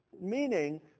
meaning